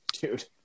Dude